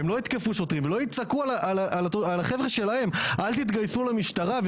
כל עוד הם לא יתקפו שוטרים ולא יקראו לחברה שלהם שלא להתגייס למשטרה.